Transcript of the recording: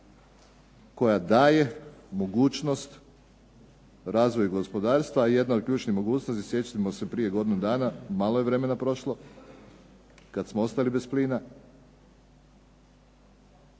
koja daje mogućnost razvoju gospodarstva i jedna od ključnih mogućnosti sjećamo se prije godinu dana, malo je vremena prošlo, kad smo ostali bez plina